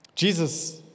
Jesus